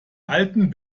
alten